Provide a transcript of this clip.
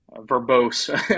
verbose